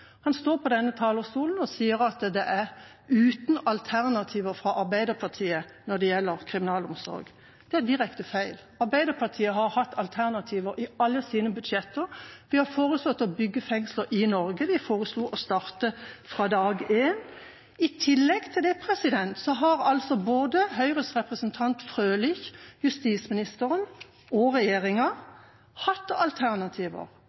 Han står på denne talerstolen og sier at Arbeiderpartiet er uten alternativer når det gjelder kriminalomsorg. Det er direkte feil. Arbeiderpartiet har hatt alternativer i alle sine budsjetter. Vi har foreslått å bygge fengsler i Norge, vi foreslo å starte fra dag én. I tillegg har både Høyres representant Frølich, justisministeren og regjeringa hatt alternativer.